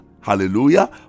Hallelujah